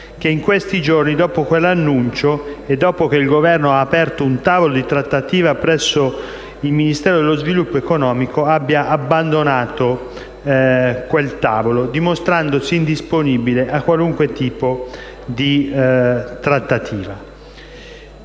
che in questi giorni, dopo quell'annuncio e dopo che il Governo ha aperto un tavolo di trattativa presso il Ministero dello sviluppo economico, la stessa abbia abbandonato quel tavolo, dimostrandosi indisponibile a qualunque tipo di trattativa;